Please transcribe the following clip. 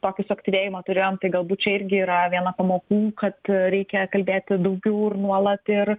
tokį suaktyvėjimą turėjom tai galbūt čia irgi yra viena pamokų kad reikia kalbėti daugiau ir nuolat ir